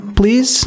please